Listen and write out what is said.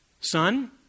son